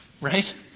right